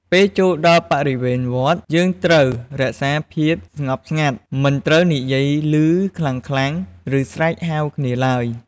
ពេលចូលដល់បរិវេណវត្ត យើងត្រូវរក្សាភាពស្ងប់ស្ងាត់ មិនត្រូវនិយាយឮខ្លាំងៗ ឬស្រែកហៅគ្នាឡើយ។